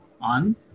on